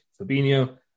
Fabinho